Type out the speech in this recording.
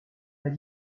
pas